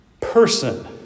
person